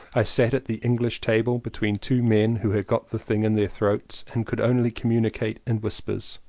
i sat at the english table between two men who had got the thing in their throats and could only communicate in whispers.